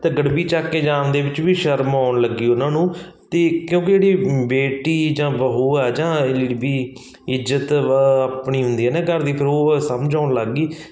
ਅਤੇ ਗੜਵੀ ਚੱਕ ਕੇ ਜਾਣ ਦੇ ਵਿੱਚ ਵੀ ਸ਼ਰਮ ਆਉਣ ਲੱਗੀ ਉਹਨਾਂ ਨੂੰ ਅਤੇ ਕਿਉਂਕਿ ਜਿਹੜੀ ਬੇਟੀ ਜਾਂ ਬਹੂ ਆ ਜਾਂ ਇਹ ਵੀ ਇੱਜਤ ਆਪਣੀ ਹੁੰਦੀ ਹੈ ਨਾ ਘਰ ਦੀ ਫਿਰ ਉਹ ਸਮਝ ਆਉਣ ਲੱਗ ਗਈ